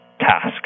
task